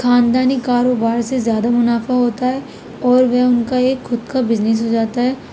خاندانی کاروبار سے زیادہ منافع ہوتا ہے اور وہ ان کا ایک خود کا بزنس ہو جاتا ہے